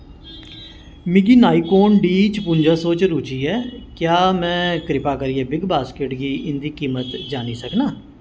मिगी नाईकोन डी छपुंजा सौ च रुचि ऐ क्या में कृपा करियै बिग बास्केट गी इं'दी कीमत जानी सकनां